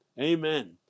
amen